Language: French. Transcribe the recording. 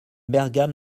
bergam